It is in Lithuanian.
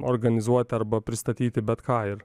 organizuoti arba pristatyti bet ką ir